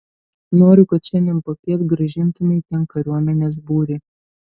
noriu kad šiandien popiet grąžintumei ten kariuomenės būrį